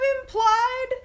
implied